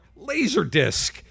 Laserdisc